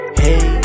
hey